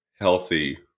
healthy